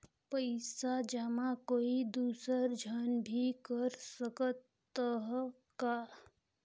पइसा जमा कोई दुसर झन भी कर सकत त ह का?